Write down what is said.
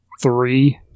three